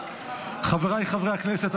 חבריי חברי הכנסת,